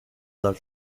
dal